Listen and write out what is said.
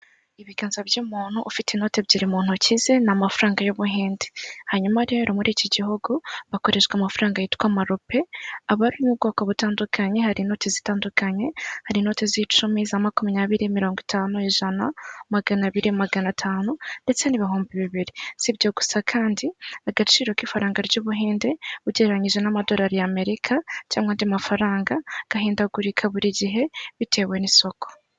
Ibiganza by'umuntu ufite inoti ebyiri mu ntoki ze ni amafaranga y'Ubuhinde, hanyuma rero muri iki gihugu hakoreshwa amafaranga yitwa amarupe, aba ari mu bwoko butandukanye hari intoti zitandukanye, hari inoti z'icumi, iza makumyabiri, mirongo itanu, ijana, maganabiri, magana atanu ndetse n'ibihumbi bibiri, sibyo gusa kandi agaciro k'ifaranga ry'Ubuhinde ugereranyije n'amadolari ya Amerika cyangwa andi mafaranga gahindagurika buri gihe bitewe n'isoko.